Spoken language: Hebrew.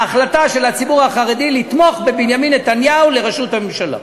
ההחלטה של הציבור החרדי לתמוך בבנימין נתניהו לראשות הממשלה.